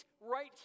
right